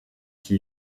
qui